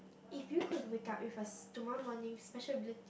if you could wake up with a tomorrow morning special ability